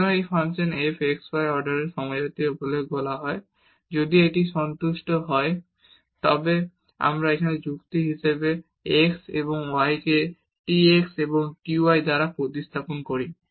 সুতরাং একটি function f x y অর্ডারের সমজাতীয় বলে বলা হয় যদি এটি সন্তুষ্ট হয় আমরা এখানে যুক্তি x এবং y কে t x এবং t y দ্বারা প্রতিস্থাপন করি